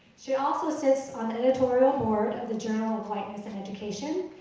she also sits on the editorial board of the journal of whiteness and education.